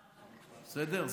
בסדר?